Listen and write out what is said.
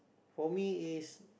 for me is